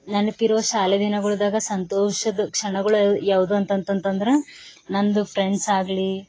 ನೆನಪಿರುವ ಶಾಲೆ ದಿನಗುಳುದಾಗ ಸಂತೋಷದ ಕ್ಷಣಗುಳು ಯಾವುದು ಅಂತಂತಂದರೆ ನಂದು ಫ್ರೆಂಡ್ಸಾಗಲಿ